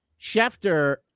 Schefter